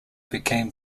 became